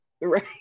Right